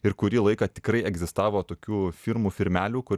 ir kurį laiką tikrai egzistavo tokių firmų firmelių kur